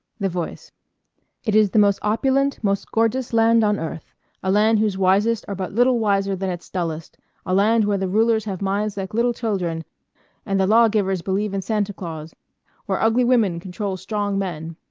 the voice it is the most opulent, most gorgeous land on earth a land whose wisest are but little wiser than its dullest a land where the rulers have minds like little children and the law-givers believe in santa claus where ugly women control strong men